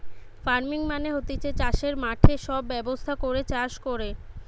farming মানে হতিছে চাষের মাঠে সব ব্যবস্থা করে চাষ কোরে